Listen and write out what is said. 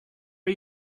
are